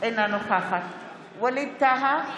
אינה נוכחת ווליד טאהא,